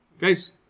guys